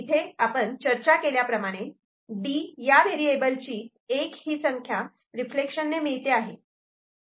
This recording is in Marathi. इथे आपण चर्चा केल्याप्रमाणे D या व्हेरिएबल ची 1 ही संख्या रिफ्लेक्शनने मिळते आहे